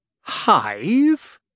Hive